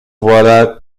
voilà